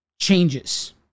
Changes